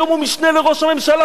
היום הוא משנה לראש הממשלה,